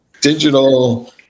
digital